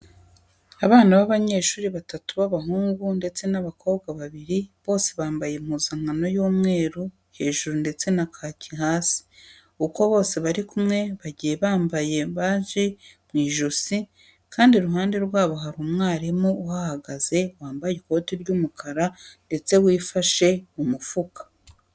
Abana b'abanyeshuri batatu b'abahungu ndetse n'abakobwa babiri, bose bambaye impuzankano y'umweru hejuru ndetse na kaki hasi. Uko bose bari kumwe bagiye bambaye baji mu ijosi kandi iruhande rwabo hari umwarimu uhahagaze wambaye ikotse ry'umukara ndetse wifashe mu mufuka.